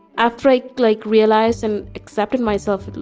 afraid, like realize i'm accepting myself.